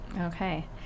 Okay